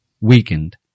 weakened